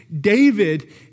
David